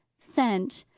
sent,